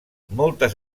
moltes